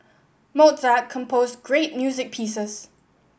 Mozart composed great music pieces